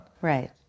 Right